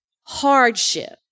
hardship